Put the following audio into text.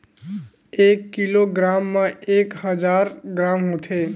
एक किलोग्राम मा एक हजार ग्राम होथे